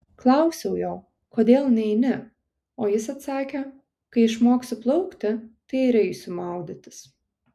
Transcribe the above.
klausiau jo kodėl neini o jis atsakė kai išmoksiu plaukti tai ir eisiu maudytis